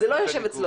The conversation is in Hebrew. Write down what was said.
זה לא יושב אצלו.